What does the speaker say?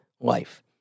life